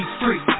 free